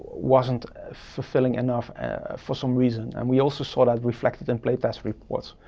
wasn't fulfilling enough for some reason. and we also saw that reflected in play test reports,